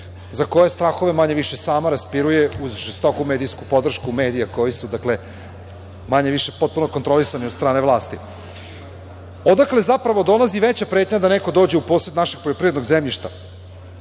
za koje strahove manje više sama raspiruje uz žestoku medijsku podršku medija, koji su manje-više potpuno kontrolisani od strane vlasti. Odakle zapravo dolazi veća pretnja da neko dođe u posed našeg poljoprivrednog zemljišta?